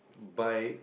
by